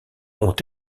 ont